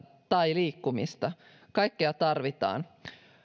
tai liikkuminen kaikkea tarvitaan